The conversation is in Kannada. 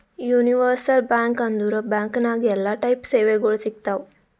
ಯೂನಿವರ್ಸಲ್ ಬ್ಯಾಂಕ್ ಅಂದುರ್ ಬ್ಯಾಂಕ್ ನಾಗ್ ಎಲ್ಲಾ ಟೈಪ್ ಸೇವೆಗೊಳ್ ಸಿಗ್ತಾವ್